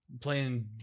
playing